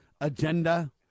agenda